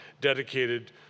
dedicated